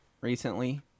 recently